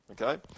Okay